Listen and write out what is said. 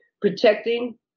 protecting